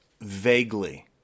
vaguely